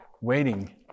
waiting